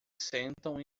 sentam